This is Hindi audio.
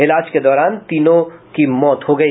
इलाज के दौरान तीनों की मौत हो गयी